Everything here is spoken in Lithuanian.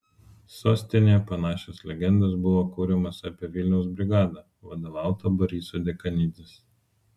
sostinėje panašios legendos buvo kuriamos apie vilniaus brigadą vadovautą boriso dekanidzės